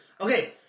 Okay